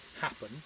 happen